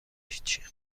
هیچی